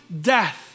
death